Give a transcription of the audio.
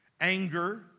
anger